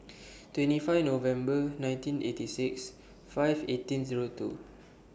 twenty five November nineteen eighty six five eighteen Zero two